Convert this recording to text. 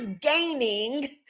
gaining